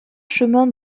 chemin